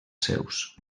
seus